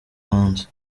hanze